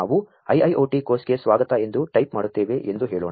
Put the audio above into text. ನಾ ವು IIoT ಕೋ ರ್ಸ್ ಗೆ ಸ್ವಾ ಗತ ಎಂ ದು ಟೈ ಪ್ ಮಾ ಡು ತ್ತೇ ವೆ ಎಂ ದು ಹೇ ಳೋ ಣ